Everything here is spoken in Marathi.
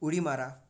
उडी मारा